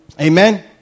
Amen